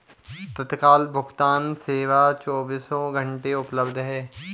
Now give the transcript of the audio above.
तत्काल भुगतान सेवा चोबीसों घंटे उपलब्ध है